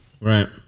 Right